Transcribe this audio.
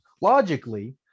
logically